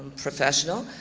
professional,